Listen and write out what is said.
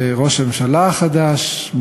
וראש הממשלה החדש,